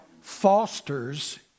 fosters